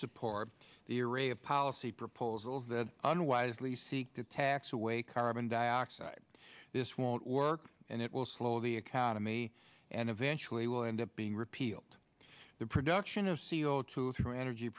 support the array of policy proposals that unwisely seek to tax away carbon dioxide this won't work and it will slow the economy and eventually will end up being repealed the production of c o two through energy